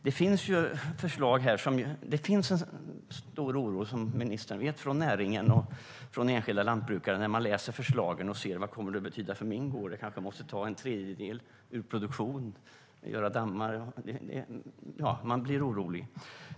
Det finns som ministern vet en stor oro inom näringen och hos enskilda lantbrukare för vad förslagen kan komma att betyda för den egna gården. Kanske måste man ta en tredjedel ur produktion och göra dammar? Man blir orolig.